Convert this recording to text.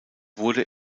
wurde